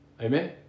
Amen